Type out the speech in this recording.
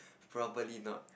probably not